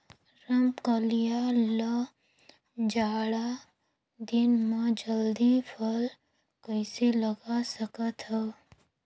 रमकलिया ल जाड़ा दिन म जल्दी फल कइसे लगा सकथव?